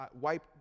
wipe